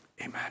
Amen